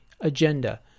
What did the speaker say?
Agenda